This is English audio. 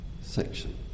section